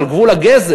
זה על גבול הגזל,